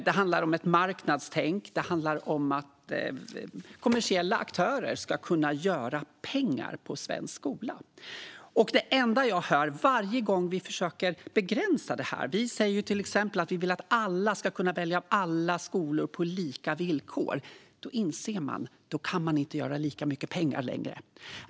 Det handlar om ett marknadstänk och att kommersiella aktörer ska kunna göra pengar på svensk skola. Det är det enda jag hör varje gång vi försöker att begränsa det. Vi säger till exempel att vi vill att alla ska kunna välja alla skolor på lika villkor. Då inser man att man inte kan göra lika mycket pengar längre.